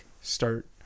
start